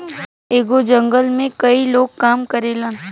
एगो जंगल में कई लोग काम करेलन